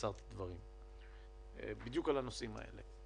עצרתי דברים בדיוק על הנושאים האלה.